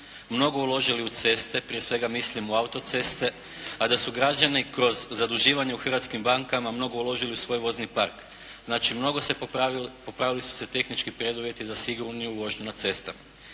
mnogo uložili u ceste, prije svega mislim u autoceste, a da su građani kroz zaduživanje u hrvatskim bankama mnogo uložili u svoj vozni park. Znači mnogo se popravilo, popravili su se tehnički preduvjeti za sigurniju vožnju na cestama.